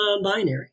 non-binary